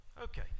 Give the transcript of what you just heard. Okay